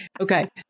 okay